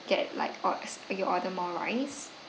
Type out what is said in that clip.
get like or s~ you order more rice